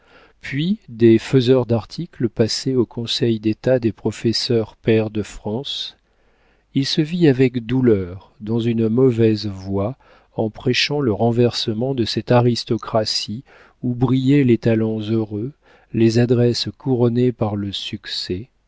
puis des faiseurs d'articles passés au conseil d'état des professeurs pairs de france il se vit avec douleur dans une mauvaise voie en prêchant le renversement de cette aristocratie où brillaient les talents heureux les adresses couronnées par le succès